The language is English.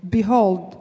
Behold